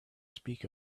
speak